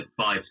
five